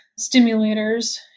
stimulators